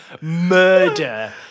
murder